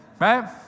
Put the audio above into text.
right